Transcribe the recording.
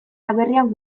aberrian